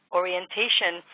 orientation